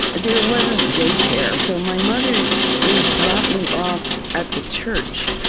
there wasn't daycare, so my mother would drop me off at the church.